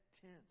tense